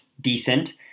decent